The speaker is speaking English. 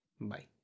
Bye